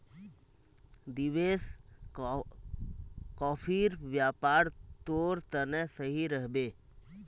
देवेश, कॉफीर व्यापार तोर तने सही रह बे